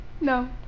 no